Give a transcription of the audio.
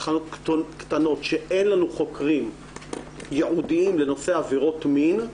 בתחנות קטנות שאין לנו חוקרים ייעודיים לנושא עבירות מין,